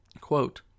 quote